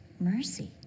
mercy